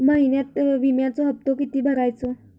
महिन्यात विम्याचो हप्तो किती भरायचो?